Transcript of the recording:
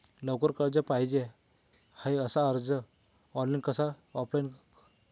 लवकर कर्ज पाहिजे आहे अर्ज कसा करु ऑनलाइन कि ऑफलाइन?